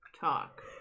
talk